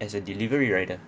as a delivery rider